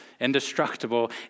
indestructible